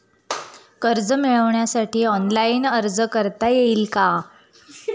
कर्ज मिळविण्यासाठी ऑनलाइन अर्ज करता येईल का?